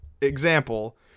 example